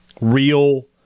Real